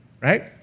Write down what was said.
Right